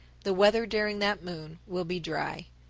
the weather during that moon will be dry.